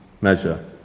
measure